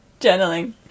Journaling